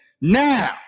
Now